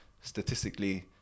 statistically